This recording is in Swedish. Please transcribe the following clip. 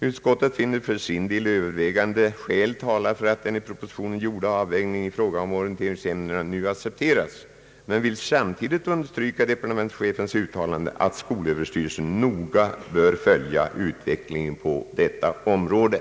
Utskottet finner för sin del övervägande skäl tala för att den i propositionen gjorda avvägningen i fråga om orienteringsämnena nu accepteras men vill samtidigt understryka departementschefens uttalande om att skolöverstyrelsen noga bör följa utvecklingen på detta område.